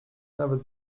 nawet